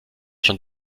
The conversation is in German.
schon